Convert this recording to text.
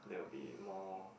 there will be more